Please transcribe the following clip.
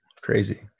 Crazy